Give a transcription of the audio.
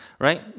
right